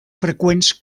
freqüents